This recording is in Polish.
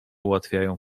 ułatwiają